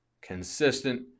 consistent